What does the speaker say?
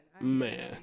man